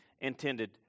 intended